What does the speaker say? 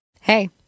Hey